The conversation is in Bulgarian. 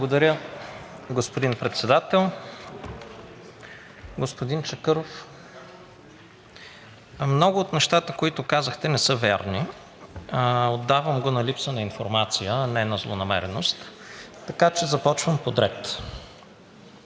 Благодаря, господин Председател. Господин Чакъров, много от нещата, които казахте, не са верни – отдавам го на липса на информация, а не на злонамереност. Така че започвам подред.